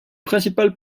principal